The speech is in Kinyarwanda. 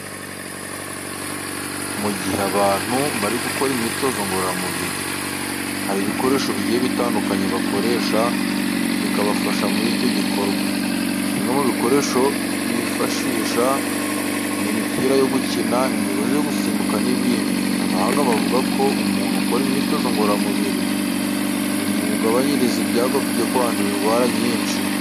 Mu gihe abantu bari gukora imyitozo ngororamubiri, hari ibikoresho bigiye bitandukanye bakoresha bikabafasha muri icyo gikorwa. Bimwe mu bikoresho bifashisha ni imipira yo gukina, imigozi yo gusimbuka n'ibindi. Abahanga bavuga ko umuntu ukora imyitozo ngororamubiri bimugabanyiriza ibyago byo kwandura indwara nyinshi.